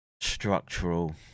structural